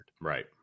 Right